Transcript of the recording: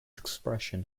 expression